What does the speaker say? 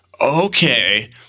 okay